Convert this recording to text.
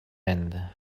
end